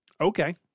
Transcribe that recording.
Okay